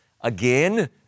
Again